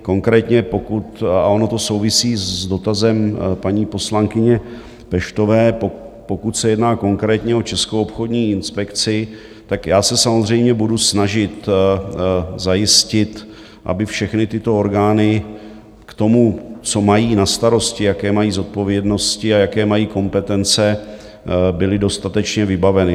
Konkrétně a ono to souvisí s dotazem paní poslankyně Peštové pokud se jedná konkrétně o Českou obchodní inspekci, tak já se samozřejmě budu snažit zajistit, aby všechny tyto orgány k tomu, co mají na starosti, jaké mají zodpovědnosti a jaké mají kompetence, byly dostatečně vybaveny.